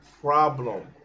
problem